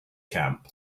camp